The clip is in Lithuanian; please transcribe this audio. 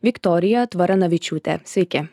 viktorija tvaranavičiūtė sveiki